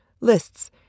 lists